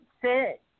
sit